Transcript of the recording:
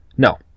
No